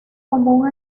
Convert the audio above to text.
común